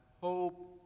hope